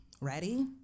Ready